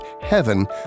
Heaven